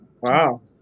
Wow